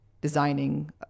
designing